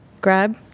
grab